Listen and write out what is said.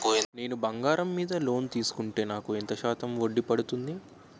నేను బంగారం మీద లోన్ తీసుకుంటే నాకు ఎంత శాతం వడ్డీ పడుతుంది?